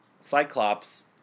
Cyclops